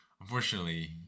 Unfortunately